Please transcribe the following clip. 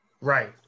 Right